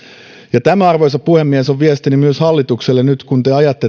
tämä arvoisa puhemies on viestini myös hallitukselle nyt kun te ajatte